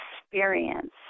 experience